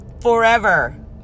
forever